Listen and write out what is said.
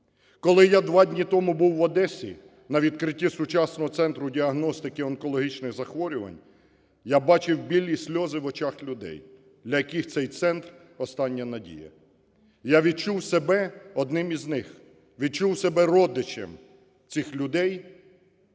Коли я два дні тому був в Одесі на відкритті сучасного центру діагностики онкологічних захворювань, я бачив білі сльози в очах людей, для яких цей центр остання надія. Я відчув себе одним із них, відчув себе родичем цих людей,